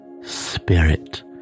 Spirit